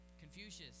Confucius